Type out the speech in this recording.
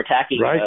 attacking